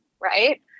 Right